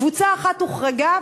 קבוצה אחת הוחרגה,